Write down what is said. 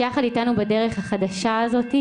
שיחד אתנו בדרך החדשה הזאת,